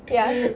ya